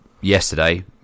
yesterday